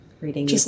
reading